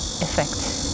effect